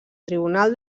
tribunal